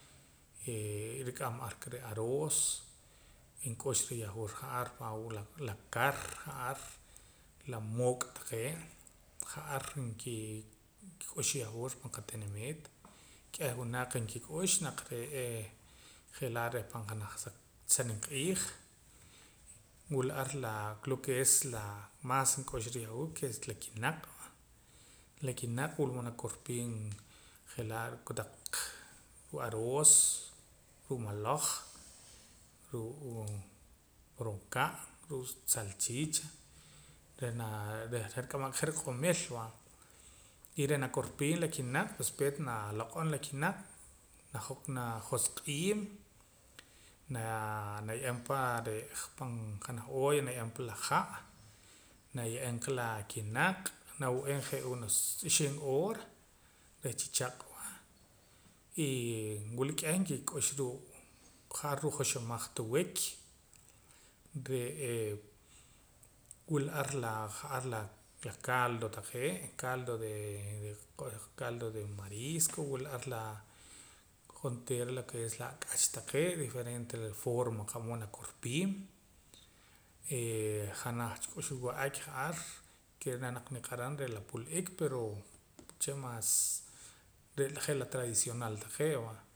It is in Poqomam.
rik'am ar ka aroos nk'ux ra yahwur ja'ar va la kar ja'ar la mook' taqee' ja'ar nkik'ux yahwur pan qatinimiit k'eh winaq nkik'ux naq re'ee je'laa pan junaj sa nimq'iij wula ar laa lo ke es la maas nk'uxara yahwur lo ke es la kinaq' la kinaq' wila mood nakor piim je'laa ruu' kotaq ruu'aroos ruu' maloj ru'uu moroonka' ruu' salchicha reh na reh rik'amam ka riq'omil va y reh nakorpii la kinaq' peet naloq'om la kinaq' najosq'iim naa naye'em pa re' pan junaj olla naye'em pa la ha' naye'em qa la kinaq' nawe'eem je' unos ixib' hora reh chichaq' wa y wila k'eh nkik'ux ruu' ja'ar ruu' joxamaj tiwik re'ee wula ar la ja'ar la caldo taqee' caldo de qa'b'eh la caldo de marisco wila ar la jonteera lo ke es la ak'ach taqee' diferente la forma qa'mood nakorpiim janaj cha k'uxb'al ja'ar ke naq niq'aram re' la pul'ik pero wuche' maas je' la tradicional taqee' va